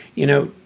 you know,